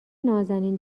نازنین